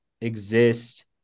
exist